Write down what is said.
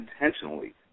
intentionally